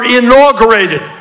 inaugurated